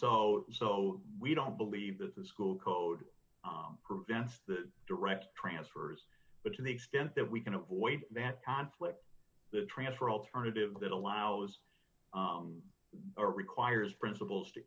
so so we don't believe that the school code prevents the direct transfers but to the extent that we can avoid that conflict the transfer alternative that allows our requires principals to